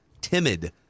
timid